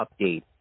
update